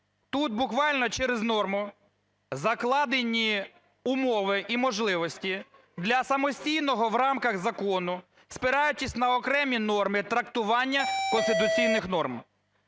Тут буквально через норму закладені умови і можливості для самостійного, в рамках закону, спираючись на окремі норми, трактування конституційних норм.